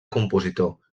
compositor